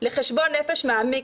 לחשבון נפש מעמיק,